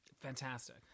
fantastic